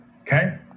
okay